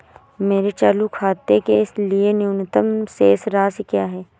मेरे चालू खाते के लिए न्यूनतम शेष राशि क्या है?